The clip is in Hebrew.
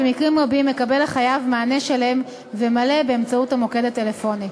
במקרים רבים מקבל החייב מענה שלם ומלא באמצעות המוקד הטלפוני.